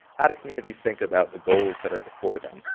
how do communities think about the goals that are before them?